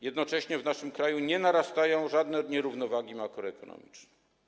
Jednocześnie w naszym kraju nie narastają żadne nierównowagi makroekonomiczne.